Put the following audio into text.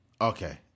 Okay